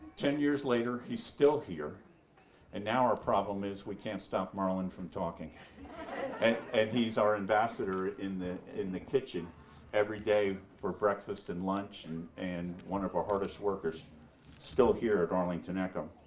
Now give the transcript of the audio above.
ten years later, he's still here and now our problem is we can't stop marlon from talking and he's our ambassador in the in the kitchen every day for breakfast and lunch and and one of our hardest workers still here at arlington echo.